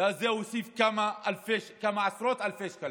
ואז זה הוסיף כמה עשרות אלפי שקלים.